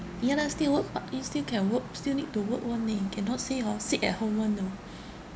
ya lah still work part means still can work still need to work [one] eh you cannot say hor sit at home [one] orh